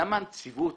למה הנציבות